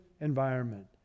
environment